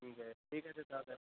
ঠিক আছে ঠিক আছে তাহলে